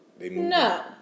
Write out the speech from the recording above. No